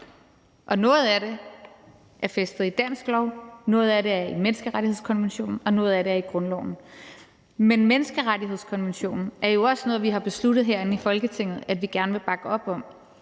noget af det er fæstet i dansk lov, noget af det er i menneskerettighedskonventionen, og noget af det er i grundloven. Men menneskerettighedskonventionen er jo også noget, vi har besluttet herinde i Folketinget at vi gerne vil bakke op om,